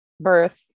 birth